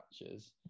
matches